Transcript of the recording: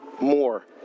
more